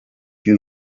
you